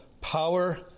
power